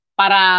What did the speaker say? para